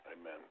Amen